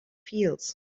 fields